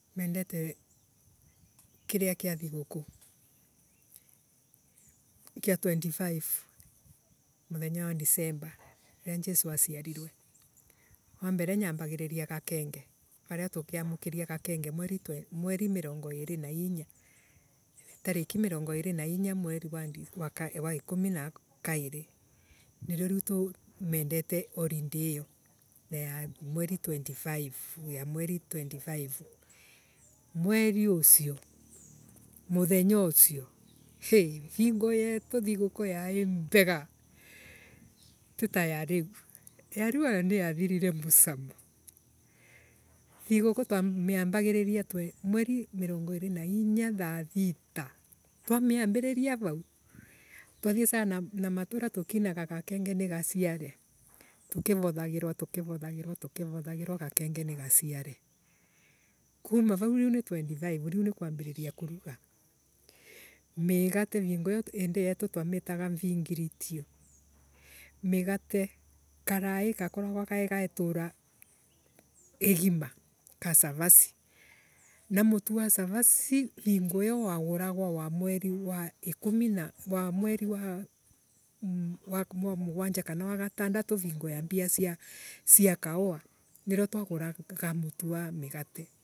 Mendete kiria kia thiguku kia twenty five ne muthenya wa disemba riria jesu aciarirwe. Wambere nyambagiriria gakenye varia tukiamukiria gakenge mweri mirongo iiri na inya. tariki mirongo iiiri na inya mweri wa di Mweri wa ikumi na kairi. nirio riu mendete holiday iyo mweri twenty five Yaa mweri twenty five mweri ucio muthenya ucio Thuguku yetu yaii mbega titayariu Ya riu ananiathirire mucamo. Thiguku twamiambiriria vau. twathiesaga na matuura tukiinaga gakenye nii gaciere tukivothagirwa tukivothagirwa tukivothagirwa gakenge ni gaciere. kuma vau riu ni twendi faivu riu ni kwambiriria kuvuga. Migate vingo iyo iindu yetu twamitaga mbingiritio. Migate. Karai gakoragwa gegaitura rigima ka cavaci. Na mutu wa cavaci vingo iiryo waguragwa wa mweri wa ikumi na Wa mweri wa. Wa mweri wa mugwanja kana wa gatandatu vingo ya mbia ya mbia cia kauwa. Nirio twaguraga mutu wa migate.